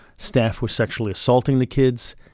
staff were sexually assaulting the kids,